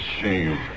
shame